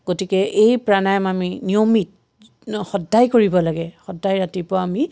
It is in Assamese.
গতিকে এই প্ৰাণায়াম আমি নিয়মিত সদায় কৰিব লাগে সদায় ৰাতিপুৱা আমি